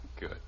Good